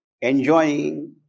enjoying